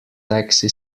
taxi